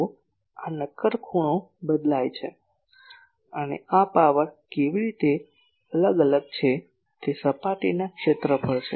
તો આ નક્કર ખૂણો બદલાય છે અને આ પાવર કેવી રીતે અલગ અલગ છે તે સપાટીના ક્ષેત્ર પર છે